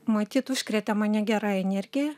matyt užkrėtė mane gera energija